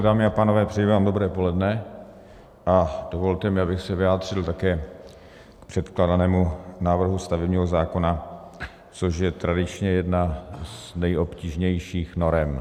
Dámy a pánové, přeji vám dobré poledne a dovolte mi, abych se vyjádřil také k předkládanému návrhu stavebního zákona, což je tradičně jedna z nejobtížnějších norem.